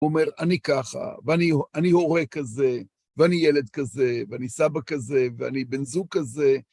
הוא אומר, אני ככה, ואני הורה כזה, ואני ילד כזה, ואני סבא כזה, ואני בן זוג כזה.